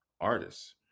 artists